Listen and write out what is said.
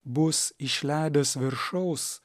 bus išleidęs viršaus